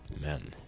Men